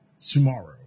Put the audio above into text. tomorrow